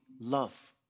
love